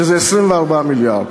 שזה 24 מיליארד.